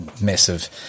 massive